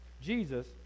jesus